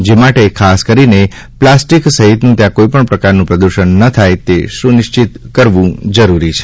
જે માટે ખાસ કરીને પ્લાસ્ટિક સહિતનું ત્યાં કોઈ પણ પ્રકારનું પ્રદૂષણ ન થાય તે સુનિશ્ચિત કરવું જરૂરી છે